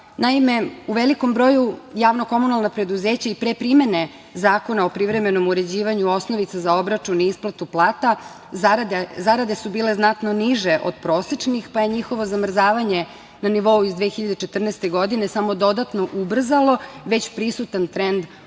Naime, u velikom broju javna komunalna preduzeća i pre primene Zakona o privremenom uređivanju osnovica za obračun i isplatu plata, zarade su bile znatno niže od prosečnih, pa je njihovo zamrzavanje na nivou iz 2014. godine samo dodatno ubrzalo već prisutan trend opadanja